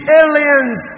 aliens